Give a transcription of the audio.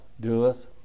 doeth